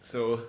<Z